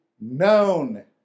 known